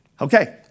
Okay